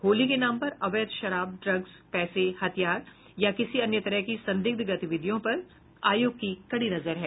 होली के नाम पर अवैध शराब ड्रग्स पैसे हथियार या किसी अन्य तरह की संदिग्ध गतिविधियों पर आयोग की कड़ी नजर है